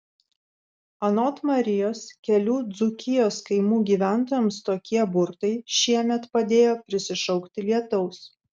anot marijos kelių dzūkijos kaimų gyventojams tokie burtai šiemet padėjo prisišaukti lietaus